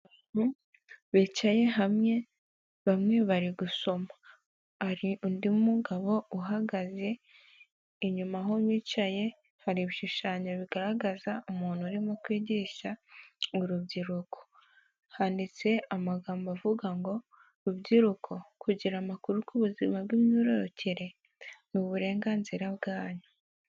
Bicaye hamwe, bamwe bari gusoma, hari undi mugabo uhagaze, inyuma aho bicaye hari ibishushanyo bigaragaza umuntu urimo kwigisha urubyiruko, handitse amagambo avuga ngo rubyiruko kugira amakuru k'ubuzima bw'imyororokere n'uburenganzira bwanyu.